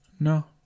No